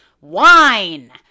wine